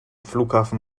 flughafen